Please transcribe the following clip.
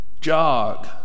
Jog